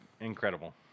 incredible